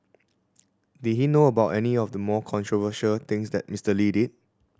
did he know about any of the more controversial things that Mister Lee did